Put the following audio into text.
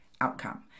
outcome